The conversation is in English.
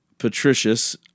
Patricius